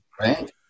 right